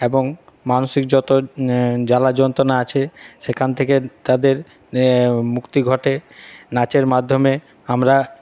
এবং মানসিক যত জ্বালা যন্ত্রনা আছে সেখান থেকে তাদের মুক্তি ঘটে নাচের মাধ্যমে আমরা